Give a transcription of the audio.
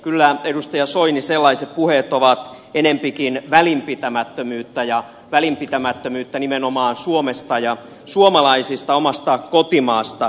kyllä edustaja soini sellaiset puheet ovat enempikin välinpitämättömyyttä ja välinpitämättömyyttä nimenomaan suomesta ja suomalaisista omasta kotimaasta